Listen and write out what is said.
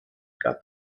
gab